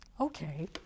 Okay